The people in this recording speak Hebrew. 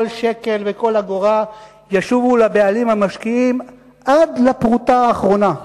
כל שקל וכל אגורה ישובו לבעלים המשקיעים עד לפרוטה האחרונה.